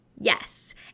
Yes